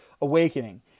awakening